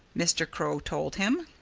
mr. crow told him.